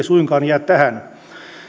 suinkaan jää tähän